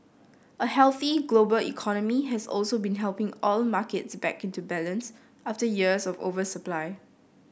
a healthy global economy has also been helping oil markets back into balance after years of oversupply